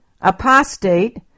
apostate